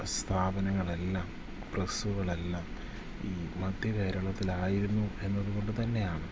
സ്ഥാപനങ്ങളെല്ലാം പ്രസ്സുകളെല്ലാം ഈ മധ്യ കേരളത്തിലായിരുന്നു എന്നതു കൊണ്ടു തന്നെയാണ്